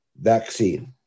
vaccine